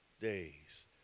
days